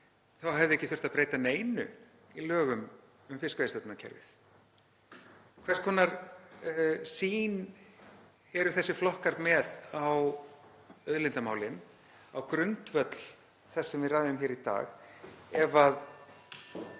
þá hefði ekki þurft að breyta neinu í lögum um fiskveiðistjórnarkerfið. Hvers konar sýn eru þessir flokkar með á auðlindamálin, á grundvöll þess sem við ræðum hér í dag,